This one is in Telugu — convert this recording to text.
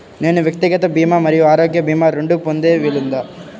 నేను వ్యక్తిగత భీమా మరియు ఆరోగ్య భీమా రెండు పొందే వీలుందా?